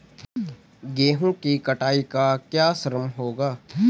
गेहूँ की कटाई का क्या श्रम होगा?